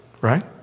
right